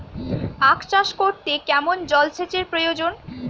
আখ চাষ করতে কেমন জলসেচের প্রয়োজন?